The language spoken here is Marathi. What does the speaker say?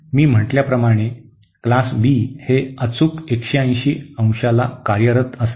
मी म्हटल्याप्रमाणे वर्ग बी हे अचूक 180 अंशाला कार्यरत असते